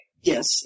Yes